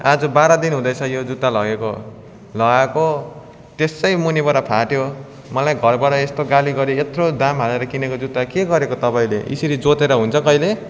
आज बाह्र दिन हुँदैछ यो जुत्ता लगेको लगाएको तयसै मुनिबाट फाट्यो मलाई घरबाट यस्तो गाली गऱ्यो यत्रो दाम हालेर किनेको जुत्ता के गरेको तपाईँले यसरी जोतेर हुन्छ कहिले